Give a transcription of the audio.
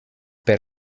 per